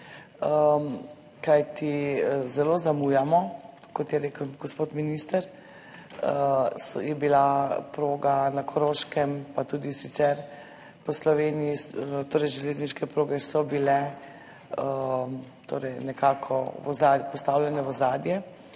kajti zelo zamujamo. Kot je rekel gospod minister, je bila proga na Koroškem, pa tudi sicer so po Sloveniji železniške proge nekako postavljene v ozadje